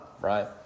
right